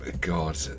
God